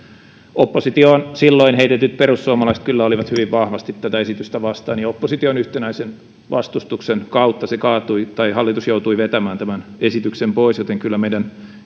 oppositioon silloin heitetyt perussuomalaiset kyllä olivat hyvin vahvasti tätä esitystä vastaan opposition yhtenäisen vastustuksen kautta se kaatui tai hallitus joutui vetämään tämän esityksen pois joten kyllä meidän